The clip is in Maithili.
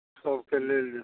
सबके लेल